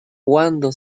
cuándo